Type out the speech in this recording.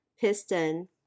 piston